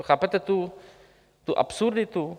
Chápete tu absurditu?